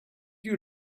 you